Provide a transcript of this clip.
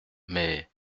mais